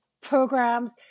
programs